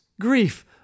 grief